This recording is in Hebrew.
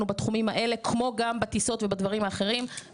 בתחומים האלה כמו גם בטיסות ובדברים האחרים.